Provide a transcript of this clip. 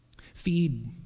Feed